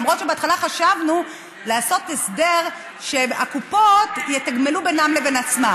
למרות שבהתחלה חשבנו לעשות הסדר שהקופות יתגמלו בינן לבין עצמן.